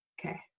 Okay